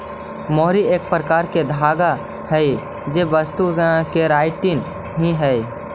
मोहरी एक प्रकार के धागा हई जे वस्तु केराटिन ही हई